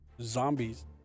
zombies